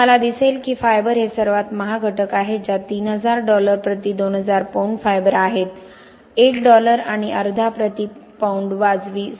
तुम्हाला दिसेल की फायबर हे सर्वात महाग घटक आहेत ज्यात 3000 डॉलर प्रति 2000 पौंड फायबर आहेत एक डॉलर आणि अर्धा प्रति पौंड वाजवी